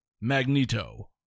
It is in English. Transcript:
Magneto